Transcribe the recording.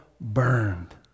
burned